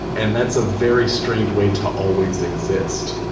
and that's a very strange way to always exist.